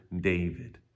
David